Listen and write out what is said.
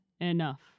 enough